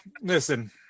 Listen